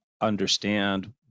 understand